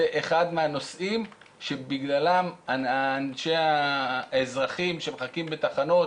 זה אחד הדברים שבגללם האזרחים שמחכים בתחנות,